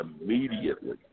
Immediately